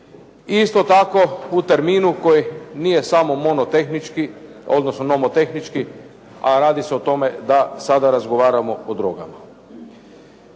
isto tako u terminu koji nije samo monotehnički odnosno nomotehnički, a radi se o tome da sada razgovaramo o drogama.